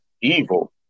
evil